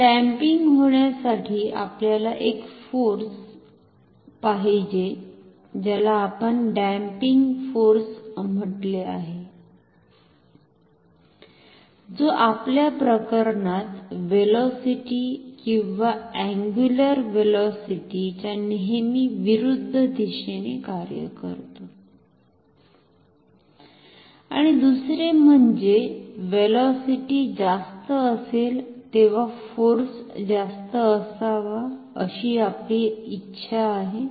तर डॅम्पिंग होण्यासाठी आपल्याला एक फोर्स पाहिजे ज्याला आपण डॅम्पिंग फोर्स म्हटले आहे जो आपल्या प्रकरणात व्हेलॉसीटी किंवा अंगुलर व्हेलोसिटी च्या नेहमी विरुद्ध दिशेने कार्य करतो आणि दुसरे म्हणजे व्हेलॉसिटी जास्त असेल तेव्हा फोर्स जास्त असावा अशी आपली इच्छा आहे